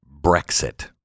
Brexit